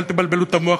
אל תבלבלו את המוח,